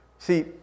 See